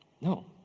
No